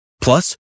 Plus